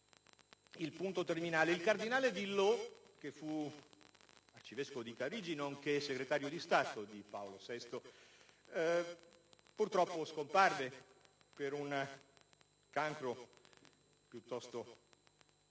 il punto terminale. Il cardinale Villot, che fu Arcivescovo di Parigi, nonché segretario di Stato di Paolo VI, purtroppo scomparve per un cancro piuttosto cattivo